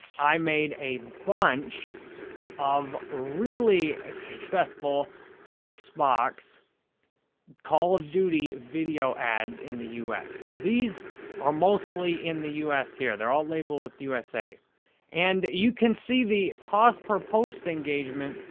i made a bunch of really successful xbox call of duty video ads in the us. so, these are mostly in the us here. they're all labeled with usa and you can see the cost per post engagement.